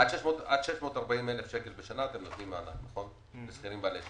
עד 640,000 שקלים בשנה אתם נותנים מענק לשכירים בעלי שליטה.